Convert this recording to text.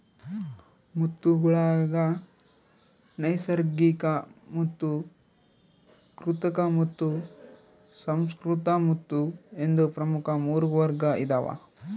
ಮುತ್ತುಗುಳಾಗ ನೈಸರ್ಗಿಕಮುತ್ತು ಕೃತಕಮುತ್ತು ಸುಸಂಸ್ಕೃತ ಮುತ್ತು ಎಂದು ಪ್ರಮುಖ ಮೂರು ವರ್ಗ ಇದಾವ